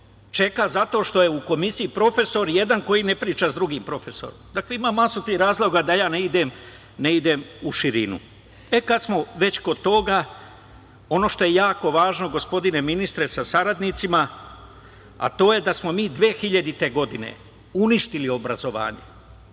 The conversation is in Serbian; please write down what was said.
čeka zato što je u komisiji profesor jedan koji ne priča sa drugim profesorom. Dakle, ima masa tih razloga, da ja ne idem u širinu.E, kad smo već kod toga, ono što je jako važno, gospodine ministre sa saradnicima, to je da smo mi 2000. godine uništili obrazovanje.